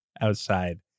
outside